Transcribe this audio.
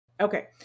Okay